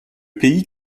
pays